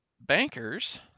bankers